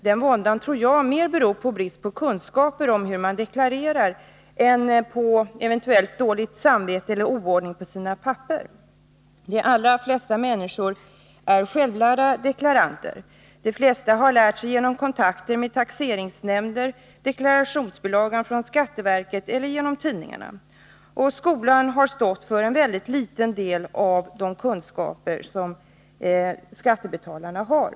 Den våndan tror jag mer beror på bristande kunskaper om hur man deklarerar än på Nr 81 eventuellt dåligt samvete eller oordning på sina papper. De flesta deklaranter är självlärda. De flesta har lärt sig deklarera genom kontakter med taxeringsnämnder, av deklarationsbilagan från skatteverket eller genom tidningarna. Skolan har stått för en mycket liten del av de kunskaper som skattebetalarna har.